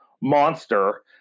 monster